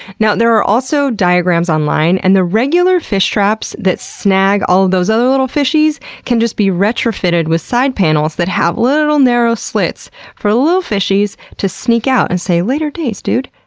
now there are also diagrams online and the regular fish traps that snag all those other little fishies can just be retrofitted with side panels that have little narrow slits for little fishies to sneak out and say, later days, dude,